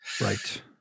right